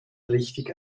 richtig